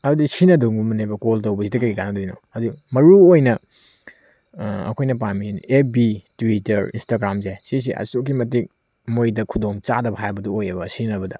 ꯍꯥꯏꯗꯤ ꯁꯤꯖꯤꯅꯗꯕꯒꯨꯝꯕꯅꯦꯕ ꯀꯣꯜ ꯇꯧꯕꯁꯤꯗ ꯀꯔꯤ ꯀꯥꯟꯅꯗꯣꯏꯅꯣ ꯍꯥꯏꯗꯤ ꯃꯔꯨ ꯑꯣꯏꯅ ꯑꯩꯈꯣꯏꯅ ꯄꯥꯝꯃꯤꯁꯦ ꯑꯦꯐ ꯕꯤ ꯇ꯭ꯋꯤꯇꯔ ꯏꯟꯁꯇꯒ꯭ꯔꯥꯝꯁꯦ ꯁꯤꯁꯦ ꯑꯁꯨꯛꯀꯤ ꯃꯇꯤꯛ ꯃꯣꯏꯗ ꯈꯨꯗꯣꯡ ꯆꯥꯗꯕꯗꯣ ꯍꯥꯏꯕꯗꯨ ꯑꯣꯏꯑꯦꯕ ꯁꯤꯖꯤꯅꯕꯗ